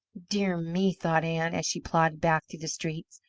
dear me! thought ann, as she plodded back through the streets,